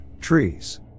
trees